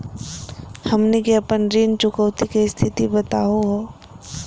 हमनी के अपन ऋण चुकौती के स्थिति बताहु हो?